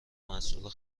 مسئول